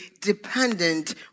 dependent